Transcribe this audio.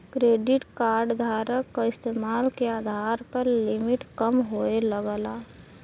credit card धारक क इस्तेमाल के आधार पर लिमिट कम होये लगला